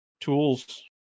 tools